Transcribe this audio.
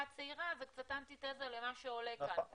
הצעירה זה קצת אנטיתזה למה שעולה כאן.